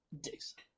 Dixon